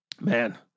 man